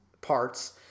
parts